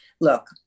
Look